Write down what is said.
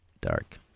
dark